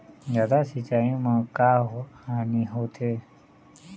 जादा सिचाई म का हानी होथे?